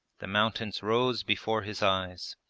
the mountains rose before his eyes.